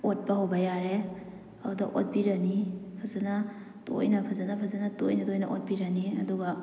ꯑꯣꯠꯄ ꯍꯧꯕ ꯌꯥꯔꯦ ꯑꯗꯨꯗ ꯑꯣꯠꯄꯤꯔꯅꯤ ꯐꯖꯅ ꯇꯣꯏꯅ ꯐꯖꯅ ꯐꯖꯅ ꯇꯣꯏꯅ ꯇꯣꯏꯅ ꯑꯣꯠꯄꯤꯔꯅꯤ ꯑꯗꯨꯒ